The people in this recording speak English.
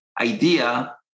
idea